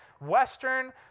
Western